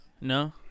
no